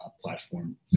platform